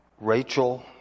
Rachel